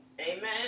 amen